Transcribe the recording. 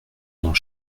dans